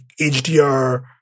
HDR